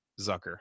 Zucker